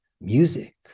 music